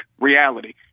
reality